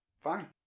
Fine